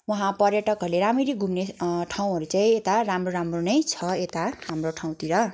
वहाँ पर्यटकहरूले राम्ररी घुम्ने ठाउँहरू चाहिँ यता राम्रो राम्रो नै छ यता हाम्रो ठाउँतिर